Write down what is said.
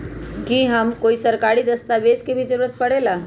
का हमे कोई सरकारी दस्तावेज के भी जरूरत परे ला?